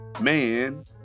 man